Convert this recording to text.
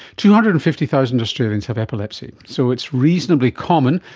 two hundred and fifty thousand australians have epilepsy, so it's reasonably common.